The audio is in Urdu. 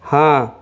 ہاں